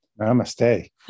namaste